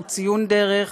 הוא ציון דרך,